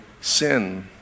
sin